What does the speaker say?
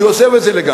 אני עוזב את זה לגמרי.